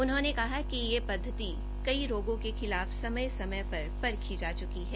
उन्होंने कहा कि ये पद्वति कई रोगों के खिलाफ समय समय पर परखी जा च्की है